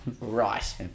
Right